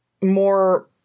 more